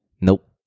nope